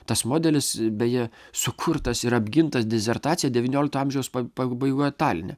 tas modelis beje sukurtas ir apgintas disertacija devyniolikto amžiaus pabaigoj taline